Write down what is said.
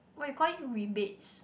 what you call it rebates